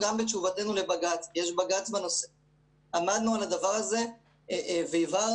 וגם בתשובתנו לבג"ץ עמדנו על הדבר הזה והבהרנו